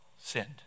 sinned